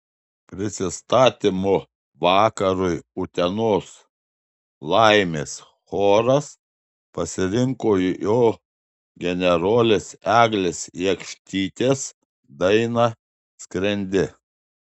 prisistatymo vakarui utenos laimės choras pasirinko jo generolės eglės jakštytės dainą skrendi